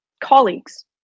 colleagues